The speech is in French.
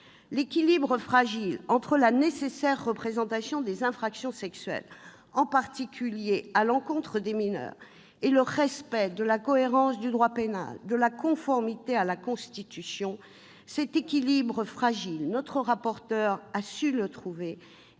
équilibre fragile entre la nécessaire répression des infractions sexuelles, en particulier à l'encontre des mineurs, et le respect de la cohérence du droit pénal, de la conformité à la Constitution. Je salue son courage et la qualité de